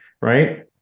Right